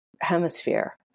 hemisphere